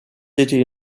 city